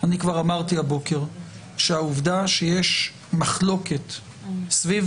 אני כבר אמרתי הבוקר שהעובדה שיש מחלוקת סביב